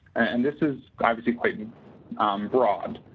and this is obviously quite broad,